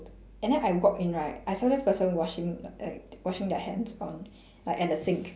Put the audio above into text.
and then I walk in right I saw this person washing like washing their hands on like at the sink